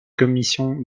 commission